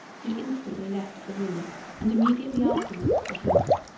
he instantly left the room and immediately afterwards the house.